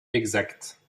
exacte